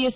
S